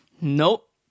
Nope